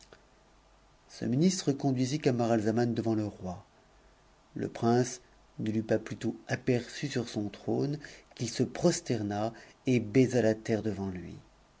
ce ministre conduisit camaralzaman devant le roi le prince ne p pas plutôt aperçu sur son trône qu'il se prosterna et baisa la tp devant lui